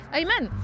amen